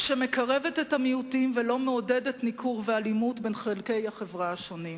שמקרבת את המיעוטים ולא מעודדת ניכור ואלימות בין חלקי החברה השונים.